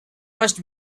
must